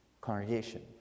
congregation